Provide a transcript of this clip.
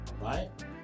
Right